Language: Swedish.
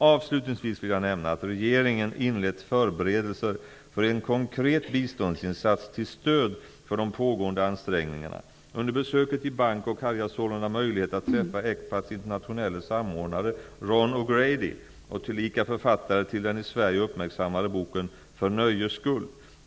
Avslutningsvis vill jag nämna att regeringen inlett förberedelser för en konkret biståndsinsats till stöd för de pågående ansträngningarna. Under besöket i Bangkok hade jag sålunda möjlighet att träffa O'Grady, tillika författare till den i Sverige uppmärksammade boken För nöjes skull.